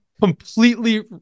completely